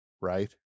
right